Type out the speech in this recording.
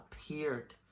appeared